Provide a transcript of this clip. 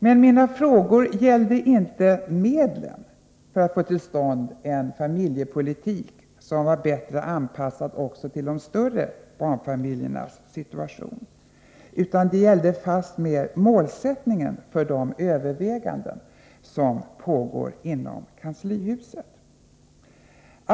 Men mina frågor gällde inte medlen för att få till stånd en familjepolitik som var bättre anpassad också till de större barnfamiljernas situation, utan de gällde fastmer målsättningen för de överväganden som pågår inom kanslihuset.